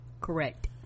correct